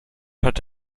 had